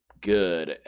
good